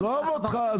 עזוב אותך,